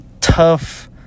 tough